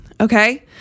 Okay